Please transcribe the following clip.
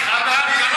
אני חייב, את זה.